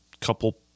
couple